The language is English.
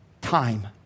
Time